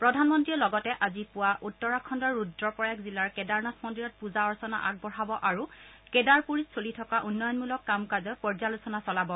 প্ৰধানমন্ত্ৰীয়ে লগতে আজি পুৱা উত্তৰাখণুৰ ৰুদ্ৰপ্ৰয়াগ জিলাৰ কেডাৰনাথ মন্দিৰত পুজা অৰ্চনা আগবঢ়াব আৰু কেডাৰপুৰীত চলি থকা উন্নয়নমূলক কাম কাজৰ পৰ্যালোচনা চলাব